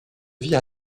vie